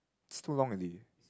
it's too long already